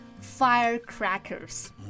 firecrackers